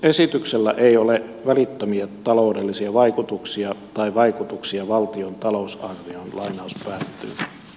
esityksellä ei ole välittömiä taloudellisia vaikutuksia tai vaikutuksia valtion talousarvioon